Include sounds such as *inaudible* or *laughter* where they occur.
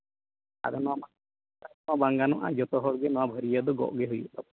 ᱟᱫᱚ ᱱᱚᱣᱟ *unintelligible* ᱢᱮᱱ ᱜᱟᱱᱚᱜᱼᱟ ᱡᱷᱚᱛᱚ ᱦᱚᱲ ᱜᱮ ᱱᱚᱣᱟ ᱵᱷᱟᱹᱨᱭᱟᱹ ᱫᱚ ᱜᱚᱜ ᱦᱩᱭᱩᱜ ᱛᱟᱵᱚᱱᱟ